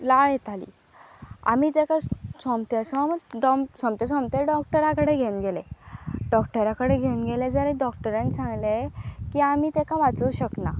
लाळ येताली आमी तेका सोमते सो डॉम सोमते सोमते डॉक्टरा कडेन घेवन गेले डॉक्टरा कडेन घेवन गेले जाल्यार डॉक्टरान सांगले की आमी तेका वाचोवंक शकना